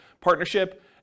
partnership